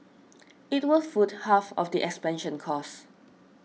it will foot half of the expansion costs